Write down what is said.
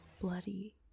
Bloody